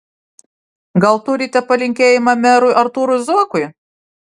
gal turite palinkėjimą merui artūrui zuokui